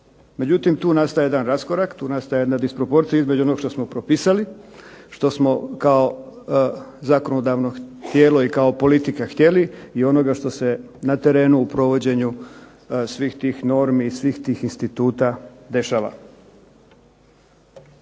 Međutim, tu nastaje jedan raskorak, tu nastaje jedna disproporcija između onog što smo propisali, što smo kao zakonodavno tijelo i kao politika htjeli i onoga što se na terenu u provođenju svih tih normi, svih tih instituta dešava.